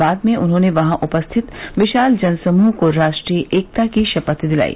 बाद में उन्होंने वहां उपस्थित विशाल जनसमूह को राष्ट्रीय एकता की शपथ दिलाई